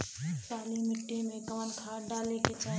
काली मिट्टी में कवन खाद डाले के चाही?